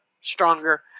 stronger